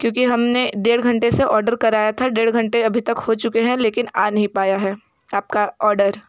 क्योंकि हम ने डेढ़ घंटे से ऑर्डर कराया था डेढ़ घंटे अभी तक हो चुके हैं लेकिन आ नहीं पाया है आप का ऑर्डर